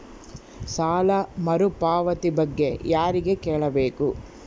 ಸಾಲ ಮರುಪಾವತಿ ಬಗ್ಗೆ ಯಾರಿಗೆ ಕೇಳಬೇಕು?